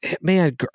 man